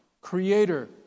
creator